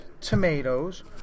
tomatoes